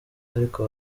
ariko